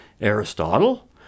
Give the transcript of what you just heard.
Aristotle